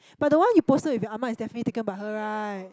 but the one you posted with your ah ma is definitely taken by her right